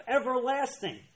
everlasting